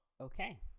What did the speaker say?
Okay